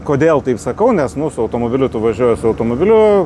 kodėl taip sakau nes mūsų automobiliu važiuoji su automobiliu